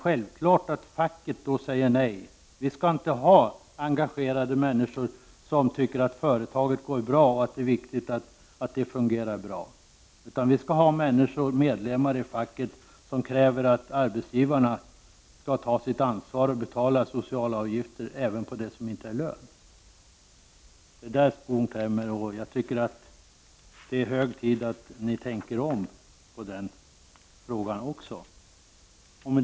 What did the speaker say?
Facket säger då självklart nej — vi skall inte ha engagerade människor som tycker att företaget går bra och att det är viktigt att det fungerar bra, utan vi skall ha människor, medlemmar i facket, som kräver att arbetsgivarna skall ta sitt ansvar och betala sociala avgifter även på det som inte är lön. Det är där skon klämmer. Det är hög tid att ni tänker om i den frågan också.